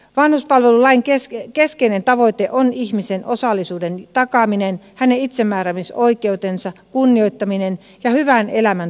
vanhuspalvelulain keskeinen tavoite on ihmisen osallisuuden takaaminen hänen itsemääräämisoikeutensa kunnioittaminen ja hyvän elämän turvaaminen